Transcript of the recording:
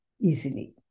easily